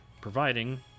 providing